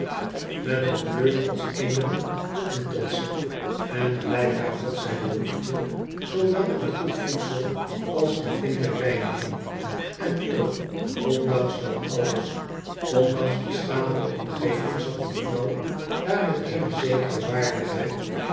met een kleur als eene hottentotsche en blijkbaar had zij behoefte zoowel aan goed voedsel als aan flinke reiniging en toch ondanks dat alles ondanks die schamele omgeving zat die vrouw daar met eene zekere waardigheid